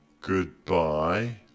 Goodbye